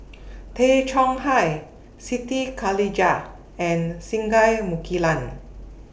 Tay Chong Hai Siti Khalijah and Singai Mukilan